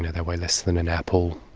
and they weigh less than an apple.